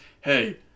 Hey